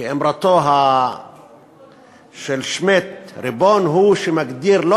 כאמרתו של שמיט: ריבון הוא המגדיר,